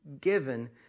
given